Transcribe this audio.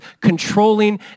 controlling